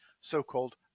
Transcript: so-called